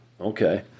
Okay